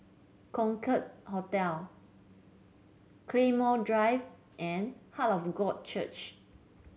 Concorde Hotel Claymore Drive and Heart of God Church